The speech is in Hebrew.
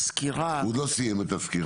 הוא לא סיים את הסקירה שלו.